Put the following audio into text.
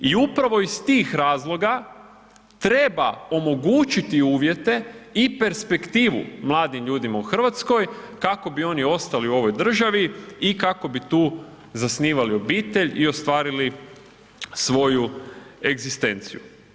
I upravo iz tih razloga treba omogućiti uvjete i perspektivu mladim ljudima u Hrvatskoj kako bi oni ostali u ovoj državi i kako bi tu zasnivali obitelj i ostvarili svoju egzistenciju.